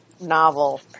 novel